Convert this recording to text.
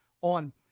On